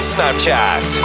Snapchat